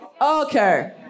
Okay